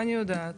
אני יודעת.